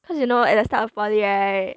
cause you know at the start of poly right